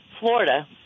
Florida